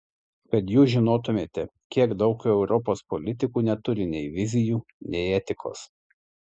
kad jūs žinotumėte kiek daug europos politikų neturi nei vizijų nei etikos